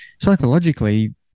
psychologically